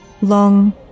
Long